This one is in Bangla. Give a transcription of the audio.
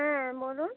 হ্যাঁ বলুন